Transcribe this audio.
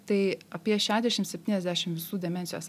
tai apie šešiasdešim septyniasdešim visų demencijos